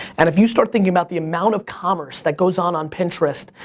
and if you start thinking about the amount of commerce that goes on, on pinterest,